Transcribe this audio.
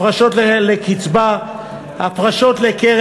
הפרשות לקצבה,